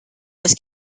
was